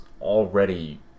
already